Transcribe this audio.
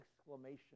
exclamation